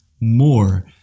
more